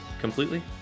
completely